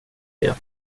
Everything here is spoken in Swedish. det